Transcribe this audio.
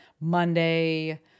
Monday